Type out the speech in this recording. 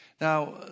Now